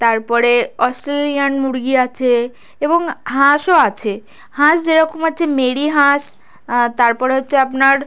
তারপরে অস্ট্রেলিয়ান মুরগি আছে এবং হাঁসও আছে হাঁস যেরকম আছে মেরি হাঁস তার পরে হচ্ছে আপনার